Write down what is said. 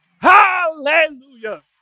hallelujah